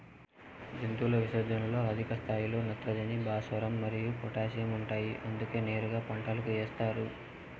జంతువుల విసర్జనలలో అధిక స్థాయిలో నత్రజని, భాస్వరం మరియు పొటాషియం ఉంటాయి అందుకే నేరుగా పంటలకు ఏస్తారు